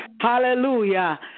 hallelujah